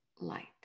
light